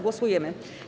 Głosujemy.